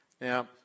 Now